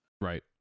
Right